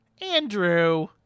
Andrew